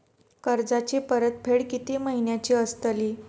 कर्जाची परतफेड कीती महिन्याची असतली?